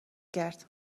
کرد